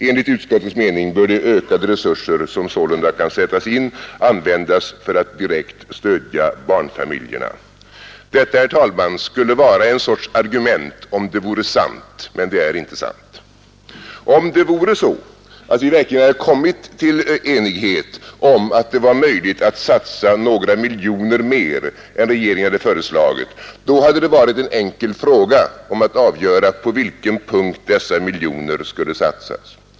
Enligt utskottets mening bör de ökade resurser som sålunda kan sättas in användas för att direkt stödja barnfamiljerna.” Detta, herr talman, skulle vara en sorts argument om det vore sant, men det är inte sant. Om det vore så att vi verkligen hade kommit till enighet om att det var möjligt att satsa några miljoner mer än regeringen föreslagit, då hade det varit en enkel fråga om att avgöra på vilken punkt dessa miljoner skulle satsas.